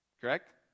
Correct